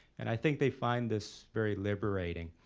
and i think they find this very liberating.